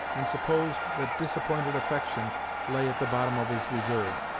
and supposed that disappointed affection lay at the bottom of his reserve.